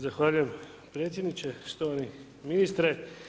Zahvaljujem predsjedniče, štovani ministre.